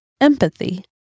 empathy